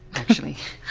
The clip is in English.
actually.